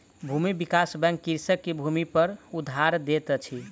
भूमि विकास बैंक कृषक के भूमिपर उधार दैत अछि